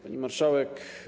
Pani Marszałek!